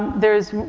there is,